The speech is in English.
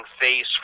face